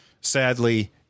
sadly